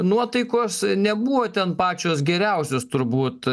nuotaikos nebuvo ten pačios geriausios turbūt